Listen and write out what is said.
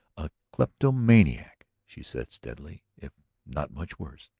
a kleptomaniac, she said steadily, if not much worse.